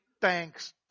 thanks